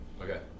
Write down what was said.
Okay